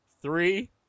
Three